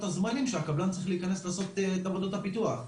הזמנים שהקבלן צריך להיכנס לעשות את עבודות הפיתוח,